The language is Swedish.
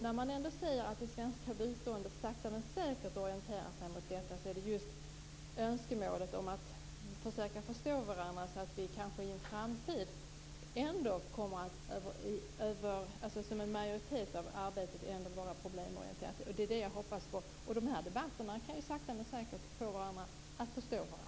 När man ändå säger att det svenska biståndet sakta men säkert orienterar sig i den riktningen är just önskemålet att försöka förstå varandra så att en majoritet av arbetet i framtiden kanske kommer att vara problemorienterat. Det är det som jag hoppas på. Dessa debatter kan sakta men säkert göra att vi förstår varandra.